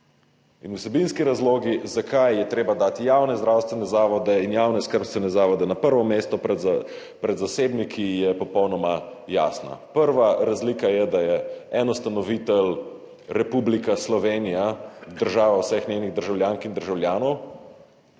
In vsebinski razlogi zakaj je treba dati javne zdravstvene zavode in javne skrbstvene zavode na prvo mesto pred zasebniki, je popolnoma jasna. Prva razlika je, da je en ustanovitelj Republika Slovenija, država vseh njenih državljank in državljanov,